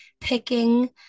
picking